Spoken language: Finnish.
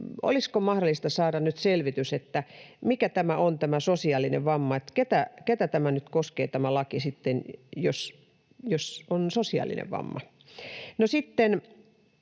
olisiko mahdollista saada nyt selvitys, että mikä tämä on tämä ”sosiaalinen vamma”? Keitä tämä laki nyt koskee, jos on ”sosiaalinen vamma”? No sitten